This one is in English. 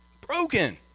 broken